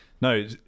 no